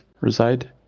reside